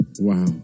Wow